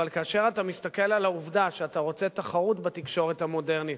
אבל כאשר אתה מסתכל על העובדה שאתה רוצה תחרות בתקשורת המודרנית,